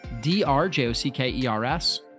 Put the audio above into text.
D-R-J-O-C-K-E-R-S